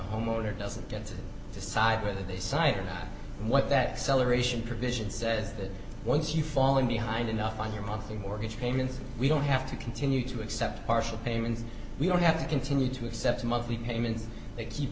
homeowner doesn't get to decide whether they cite or not what that celebration provision says that once you falling behind enough on your monthly mortgage payments we don't have to continue to accept partial payments we don't have to continue to accept monthly payments they keep